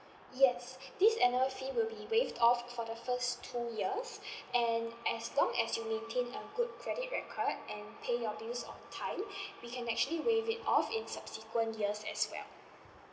yes this annual fee will be waived off for the first two years and as long as you maintain a good credit record and pay your bills on time we can actually waive it off in subsequent years as well